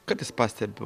kartais pastebiu